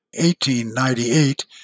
1898